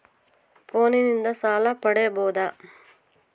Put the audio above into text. ಫೋನಿನಿಂದ ಸಾಲ ಪಡೇಬೋದ?